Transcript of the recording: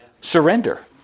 Surrender